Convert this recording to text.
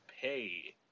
pay